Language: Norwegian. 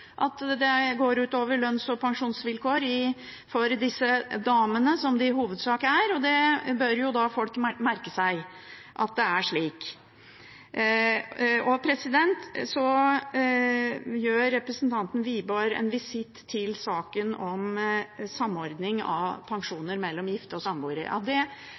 at dette går ut over lønns- og pensjonsvilkår for disse damene – som det i hovedsak er – og folk bør jo merke seg at det er slik. Så gjør representanten Wiborg en visitt til saken om samordning av pensjon for gifte og